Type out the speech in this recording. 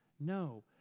No